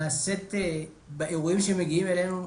נעשית באירועים שמגיעים אלינו,